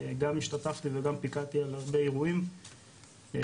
גם ההשתתפתי וגם פיקדתי על הרבה אירועים במהלך